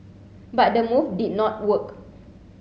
but the move did not work